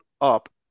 up